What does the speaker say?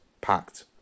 packed